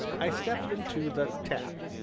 i stepped into the tap.